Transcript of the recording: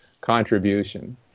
contribution